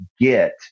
get